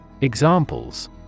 Examples